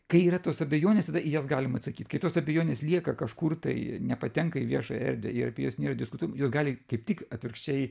kai yra tos abejonės tada į jas galim atsakyt kai tos abejonės lieka kažkur tai nepatenka į viešąją erdvę ir apie jas nėra diskutuot jos gali kaip tik atvirkščiai